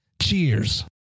Cheers